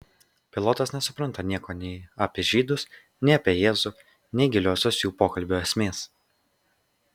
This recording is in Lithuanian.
pilotas nesupranta nieko nei apie žydus nei apie jėzų nei giliosios jų pokalbio esmės